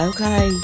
Okay